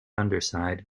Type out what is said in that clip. underside